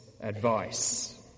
advice